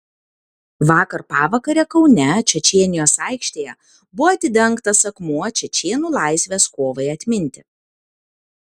vakar pavakare kaune čečėnijos aikštėje buvo atidengtas akmuo čečėnų laisvės kovai atminti